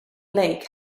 lake